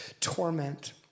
torment